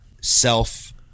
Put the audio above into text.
self